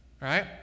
right